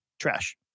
Trash